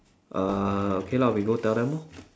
uh okay lah we go tell them lor